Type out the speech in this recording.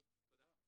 תודה.